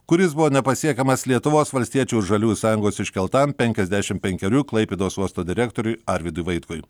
kuris buvo nepasiekiamas lietuvos valstiečių ir žaliųjų sąjungos iškeltam penkiasdešim penkerių klaipėdos uosto direktoriui arvydui vaitkui